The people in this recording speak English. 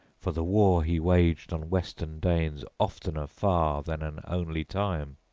for the war he waged on western-danes oftener far than an only time,